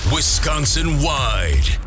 Wisconsin-wide